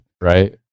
right